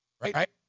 Right